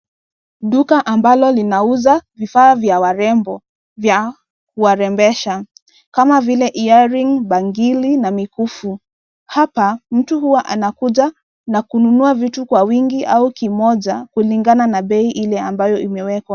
Duka ambalo linauza vifaa vya warembo vya kuwarembesha kama vile cs[earring]cs, bangili na mikufu. Hapa mtu huwa anakuja na kununua vitu kwa wingi au kimoja kulingana na bei ile ambayo imewekwa.